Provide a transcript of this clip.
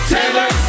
Taylor